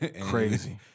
Crazy